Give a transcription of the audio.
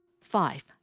Five